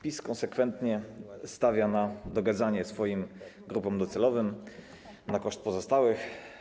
PiS konsekwentnie stawia na dogadzanie swoim grupom docelowym na koszt pozostałych.